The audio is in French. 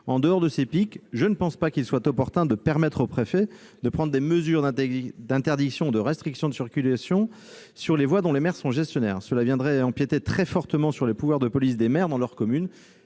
En dehors de ces pics, je ne pense pas qu'il soit opportun de permettre au préfet de prendre des mesures d'interdiction ou de restriction de circulation sur les voies dont les maires sont gestionnaires. Cela viendrait empiéter très fortement sur les pouvoirs de police des maires dans leur commune,